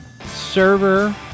server